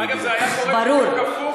ברור.